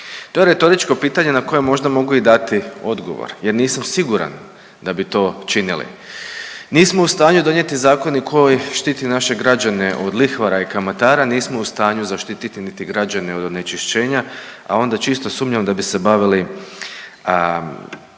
To je retoričko pitanje na koje možda mogu i dati odgovor jer nisam siguran da bi to činili. Nismo u stanju donijeti zakon i koji štiti naše građane od lihvara i kamatara, nismo u stanju zaštiti niti građane od onečišćenja, a onda čisto sumnjam da bi se bavili